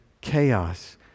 chaos